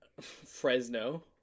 Fresno